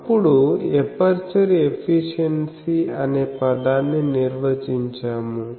అప్పుడు aperture efficiency అనే పదాన్ని నిర్వచించాము